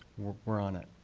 are on it.